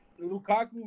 Lukaku